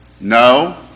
No